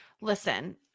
Listen